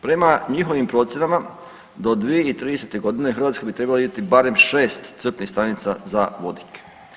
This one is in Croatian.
Prema njihovim procjenama do 2030. godine Hrvatska bi trebala vidjeti barem 6 crpnih stanica za vodik.